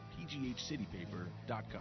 pghcitypaper.com